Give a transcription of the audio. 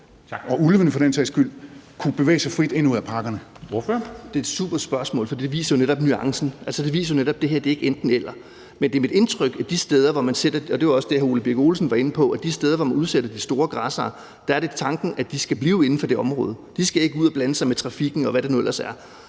Kl. 11:06 Formanden (Henrik Dam Kristensen): Ordføreren. Kl. 11:06 Jacob Jensen (V): Det er et supergodt spørgsmål, for det viser jo netop nuancen. Det viser jo netop, at det her ikke er enten-eller. Men det er mit indtryk, at det de steder – og det var også det, hr. Ole Birk Olesen var inde på – hvor man udsætter de store græssere, er tanken, at de skal blive inde i det område. De skal ikke ud og blande sig med trafikken, og hvad det nu ellers er.